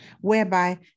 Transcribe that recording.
whereby